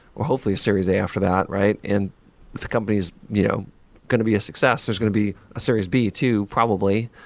or hopefully, series a after that. if and the company is you know going to be a success, there's going to be a series b too probably,